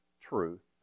truth